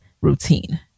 routine